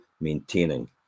maintaining